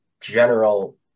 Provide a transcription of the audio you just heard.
general